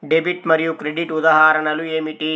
Debit మరియు credit ఉదాహరణలు ఏమిటీ?